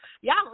Y'all